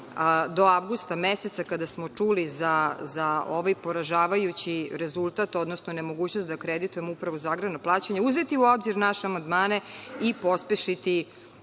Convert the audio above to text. do avgusta meseca kada smo čuli za ovaj poražavajući rezultat, odnosno nemogućnost da akreditujemo Upravu za agrarno plaćanje uzeti u obzir naše amandmane i pospešiti